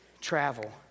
travel